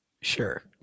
Sure